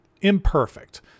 imperfect